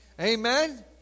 Amen